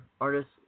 artists